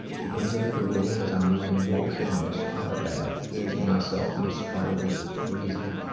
she comes into the room as i'm laying motionless on our bed, losing myself in the spirals of freezing,